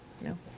No